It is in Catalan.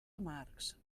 amargs